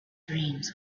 dreams